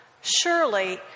Surely